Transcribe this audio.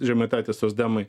žemaitaitis socdemai